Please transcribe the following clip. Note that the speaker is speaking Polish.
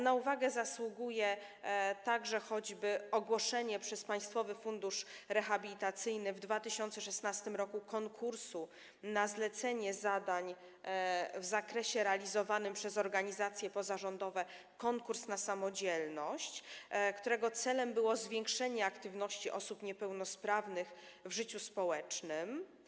Na uwagę zasługuje także choćby ogłoszenie przez państwowy fundusz rehabilitacyjny w 2016 r. konkursu na zlecenie zadań w zakresie realizowanym przez organizacje pozarządowe pn. „Kurs na samodzielność”, którego celem było zwiększenie aktywności osób niepełnosprawnych w życiu społecznym.